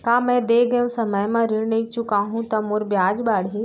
का मैं दे गए समय म ऋण नई चुकाहूँ त मोर ब्याज बाड़ही?